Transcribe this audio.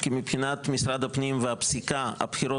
כי מבחינת משרד הפנים והפסיקה הבחירות